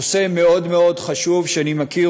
נושא מאוד מאוד חשוב שאני מכיר